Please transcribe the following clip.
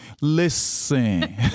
Listen